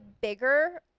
bigger